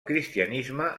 cristianisme